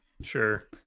Sure